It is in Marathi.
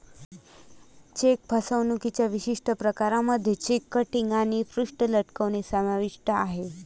चेक फसवणुकीच्या विशिष्ट प्रकारांमध्ये चेक किटिंग आणि पृष्ठ लटकणे समाविष्ट आहे